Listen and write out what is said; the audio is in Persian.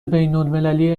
بینالمللی